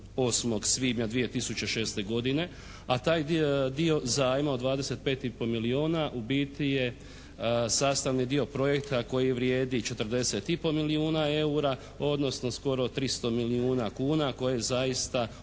8. svibnja 2006. godine a taj dio zajma od 25 i pol milijuna u biti je sastavni dio projekta koji vrijedi 40 i pol milijuna eura odnosno skoro 300 milijuna kuna koje zaista